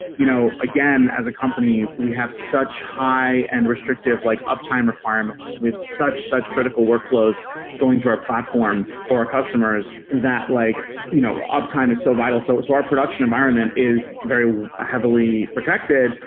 you know again, as a company we have such high and restrictive like uptime acquirements. we have such, such critical workflows going through our platform for customers that like you know ah uptime is so vital. so so our production environment is very heavily protected.